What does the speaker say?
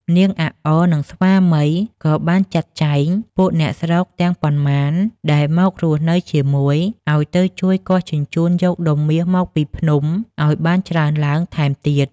នាងអាក់អ និង ស្វាមី ក៏បានចាត់ចែង ពួកអ្នកស្រុកទាំងប៉ុន្មាន ដែលមករស់ជាមួយ ឲ្យទៅជួយគាស់ជញ្ជូនយកដុំមាសមកពីភ្នំ ឲ្យបានច្រើនឡើងថែមទៀត។